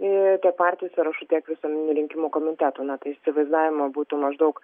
ir tiek partijų sąrašų tiek visuomeninių rinkimų komitetų na tai įsivaizdavimui būtų maždaug